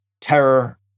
terror